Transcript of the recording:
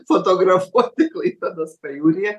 fotografuoti klaipėdos pajūryje